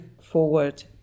forward